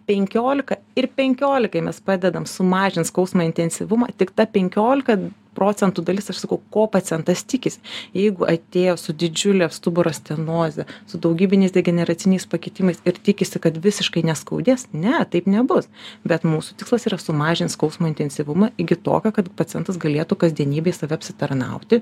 penkiolika ir penkiolikai mes padedam sumažint skausmo intensyvumą tik ta penkiolika procentų dalis aš sakau ko pacientas tikis jeigu atėjo su didžiule stuburo stenoze su daugybiniais degeneraciniais pakitimais ir tikisi kad visiškai neskaudės ne taip nebus bet mūsų tikslas yra sumažint skausmo intensyvumą iki tokio kad pacientas galėtų kasdienybėj save apsitarnauti